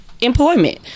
Employment